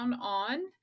on